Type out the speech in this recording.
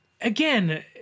again